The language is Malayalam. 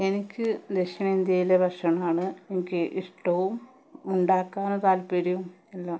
എനിക്ക് ദക്ഷിണേന്ത്യയിലെ ഭക്ഷണമാണ് എനിക്ക് ഇഷ്ടവും ഉണ്ടാക്കാൻ താല്പര്യവും എല്ലാം